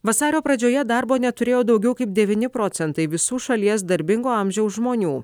vasario pradžioje darbo neturėjo daugiau kaip devyni procentai visų šalies darbingo amžiaus žmonių